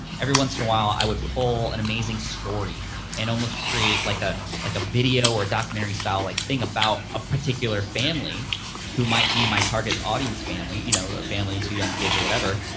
every once in a while, i would pull an amazing story and almost create like a like a video or a documentary-style like thing about a particular family who might be my target audience family, you know, a family, two young kids or whatever,